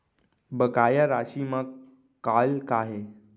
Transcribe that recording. बकाया राशि मा कॉल का हे?